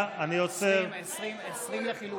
20 לחלופין.